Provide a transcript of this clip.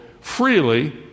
freely